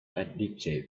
addictive